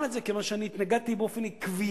וכדאי להדגיש את זה שוב: